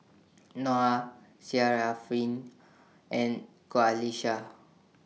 Noah and Qalisha